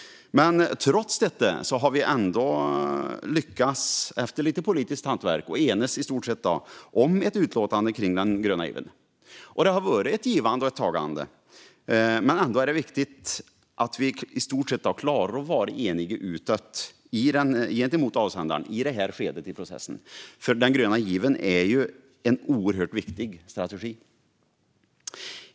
Trots detta har vi efter lite politiskt hantverk i stort sett lyckats enas om ett utlåtande kring den gröna given. Det har varit ett givande och ett tagande. Men vi har i stort sett klarat att vara eniga utåt gentemot avsändaren i det här skedet i processen, för den gröna given är ju en oerhört viktig strategi.